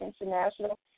International